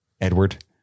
Edward